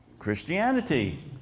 Christianity